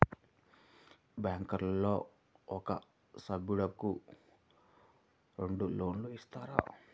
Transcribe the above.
బ్యాంకులో ఒక సభ్యుడకు రెండు లోన్లు ఇస్తారా?